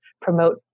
promote